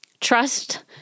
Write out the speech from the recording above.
trust